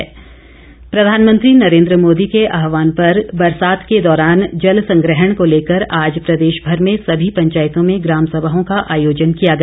ग्रामसभा प्रधानमंत्री नरेन्द्र मोदी के आह्वान पर बरसात के दौरान जल संग्रहण को लेकर आज प्रदेशभर में सभी पंचायतों में ग्रामसभाओं का आयोजन किया गया